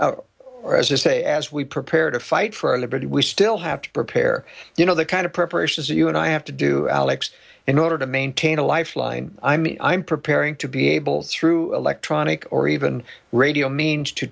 to say as we prepare to fight for our liberty we still have to prepare you know the kind of preparations that you and i have to do alex in order to maintain a lifeline i mean i'm preparing to be able through electronic or even radio means to